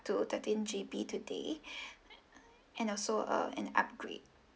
to thirteen G_B today and also uh an upgrade